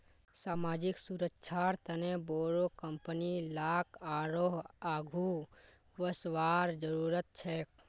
सामाजिक सुरक्षार तने बोरो कंपनी लाक आरोह आघु वसवार जरूरत छेक